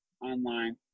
online